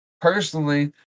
personally